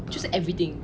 就是 everything